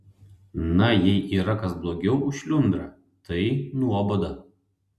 na jei yra kas blogiau už šliundrą tai nuoboda